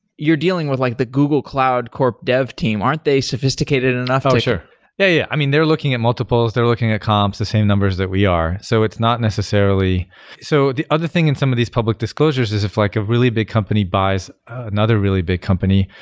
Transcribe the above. you're dealing with like the google cloud corp dev team. aren't they sophisticated and enough? ah yeah yeah. i mean, they're looking at multiples. they're looking at comps the same numbers that we are. so it's not necessarily so the other thing in some of these public disclosures is if like a really big company buys another really big company,